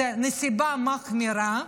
זו נסיבה מחמירה,